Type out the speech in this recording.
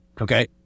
Okay